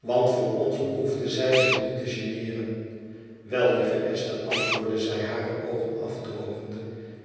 want voor ons behoefde zij zich niet te geneeren wel lieve esther antwoordde zij hare oogen afdrogende